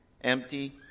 empty